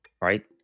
Right